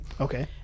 okay